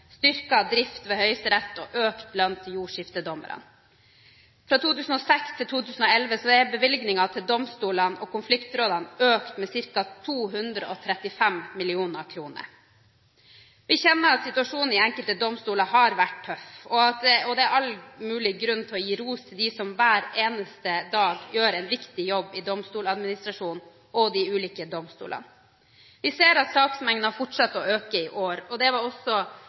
drift ved Høyesterett og økt lønn til jordskiftedommerne. Fra 2006 til 2011 er bevilgningene til domstolene og konfliktrådene økt med ca. 235 mill. kr. Vi kjenner til at situasjonen i enkelte domstoler har vært tøff, og det er all mulig grunn til å gi ros til dem som hver eneste dag gjør en viktig jobb i Domstoladministrasjonen og i de ulike domstolene. Vi ser at saksmengden har fortsatt å øke i år, og det var også